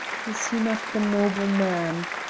is he not the noble man?